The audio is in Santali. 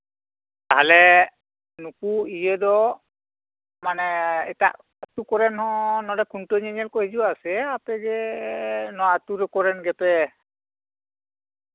ᱛᱟᱦᱚᱞᱮ ᱱᱩᱠᱩ ᱤᱭᱟᱹ ᱫᱚ ᱢᱟᱱᱮ ᱮᱴᱟᱜ ᱟᱹᱛᱩ ᱠᱚᱨᱮᱱ ᱦᱚᱸ ᱱᱚᱰᱮ ᱠᱷᱩᱱᱴᱟᱹᱣ ᱧᱮᱧᱮᱞ ᱠᱚ ᱦᱤᱡᱩᱜᱼᱟ ᱥᱮ ᱟᱯᱮᱜᱮ ᱱᱚᱶᱟ ᱟᱹᱛᱩ ᱠᱚᱨᱮᱱ ᱜᱮᱯᱮ